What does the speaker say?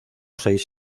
seis